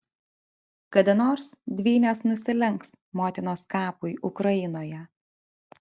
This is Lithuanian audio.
kada nors dvynės nusilenks motinos kapui ukrainoje